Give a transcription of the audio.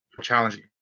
challenging